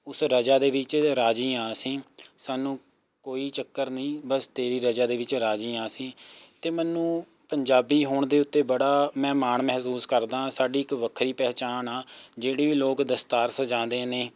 ਉਸ ਰਜ਼ਾ ਦੇ ਵਿੱਚ ਰਾਜ਼ੀ ਹਾਂ ਅਸੀਂ ਸਾਨੂੰ ਕੋਈ ਚੱਕਰ ਨਹੀਂ ਬਸ ਤੇਰੀ ਰਜ਼ਾ ਦੇ ਵਿੱਚ ਰਾਜ਼ੀ ਹਾਂ ਅਸੀਂ ਅਤੇ ਮੈਨੂੰ ਪੰਜਾਬੀ ਹੋਣ ਦੇ ਉੱਤੇ ਬੜਾ ਮੈਂ ਮਾਣ ਮਹਿਸੂਸ ਕਰਦਾ ਹਾਂ ਸਾਡੀ ਇੱਕ ਵੱਖਰੀ ਪਹਿਚਾਣ ਆ ਜਿਹੜੀ ਵੀ ਲੋਕ ਦਸਤਾਰ ਸਜਾਉਂਦੇ ਨੇ